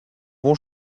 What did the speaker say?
bon